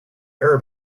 arab